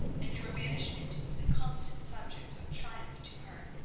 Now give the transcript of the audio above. and your banishment was a constant subject of triumph to her.